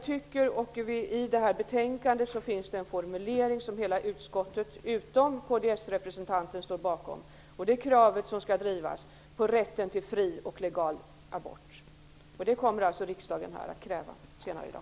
I detta betänkande finns en formulering som hela utskottet, utom kds-representanter, står bakom. Bland de krav som skall drivas hör rätten till fri och legal bort. Det kommer riksdagen att kräva senare i dag.